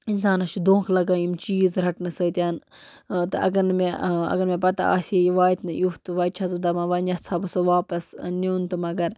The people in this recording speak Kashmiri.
اِنسانَس چھِ دھوکہٕ لگان یِم چیٖز رَٹنہٕ سۭتۍ تہٕ اگر نہٕ مےٚ اگر مےٚ پتہ آسہِ ہے یہِ واتہِ نہٕ یُتھ وۄنۍ چھَس بہٕ دپان وۄنۍ یژھٕ ہا بہٕ سۄ واپَس نیُن تہٕ مگر